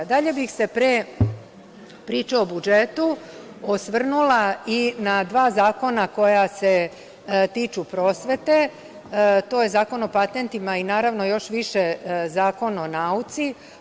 Dalje bih se pre priče o budžetu osvrnula i na dva zakona koja se tiču prosvete, to je Zakon o patentima i naravno još više Zakona o nauci.